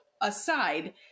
aside